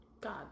God